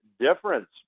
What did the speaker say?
difference